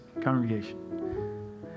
congregation